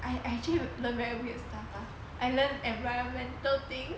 I actually learn very weird stuff lah island environmental thing